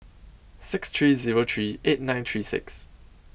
six three Zero three eight nine three six